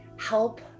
help